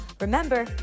Remember